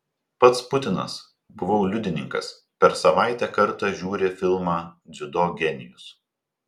pats putinas buvau liudininkas per savaitę kartą žiūri filmą dziudo genijus